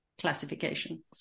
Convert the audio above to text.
classification